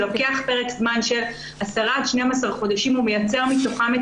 שלוקח פרק זמן של עשרה עד 12 חודשים ומייצר מתוכם את